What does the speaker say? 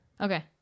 okay